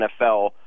NFL